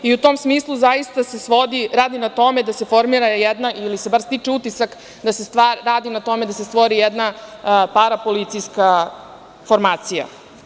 U tom smislu zaista se svodi, radi na tome da se formira jedna ili se bar stiče utisak da se radi na tome da se stvori jedna parapolicijska formacija.